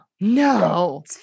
No